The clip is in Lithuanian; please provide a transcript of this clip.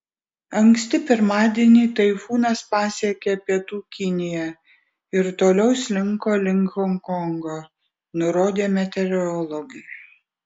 anksti pirmadienį taifūnas pasiekė pietų kiniją ir toliau slinko link honkongo nurodė meteorologai